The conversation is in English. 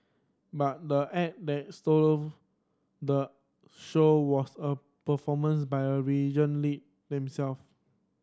but the act that stole the show was a performance by a region lead them